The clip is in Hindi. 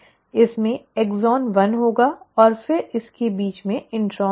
इसमें एक्सॉन 1 होगा और फिर इसके बीच में इंट्रॉन होगा